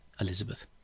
Elizabeth